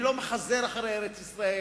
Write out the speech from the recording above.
אני לא מחזר אחרי ארץ-ישראל.